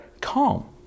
calm